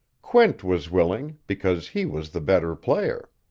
quint was willing, because he was the better player.